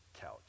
couch